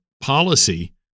policy